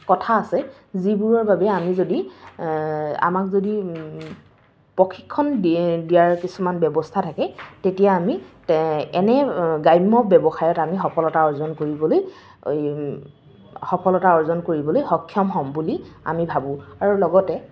কথা আছে যিবোৰৰ বাবে আমি যদি আমাক যদি প্ৰশিক্ষণ দিয়াৰ কিছুমান ব্যৱস্থা থাকে তেতিয়া আমি এনে গ্ৰাম্য ব্যৱসায়ত আমি সফলতা অৰ্জন কৰিবলৈ সফলতা অৰ্জন কৰিবলৈ সক্ষম হ'ম বুলি আমি ভাবোঁ আৰু লগতে